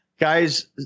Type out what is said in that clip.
guys